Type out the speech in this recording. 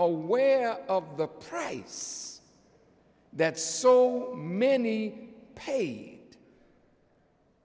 aware of the price that so many paid